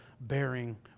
bearing